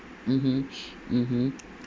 mmhmm mmhmm